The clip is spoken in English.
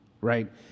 right